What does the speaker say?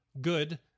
good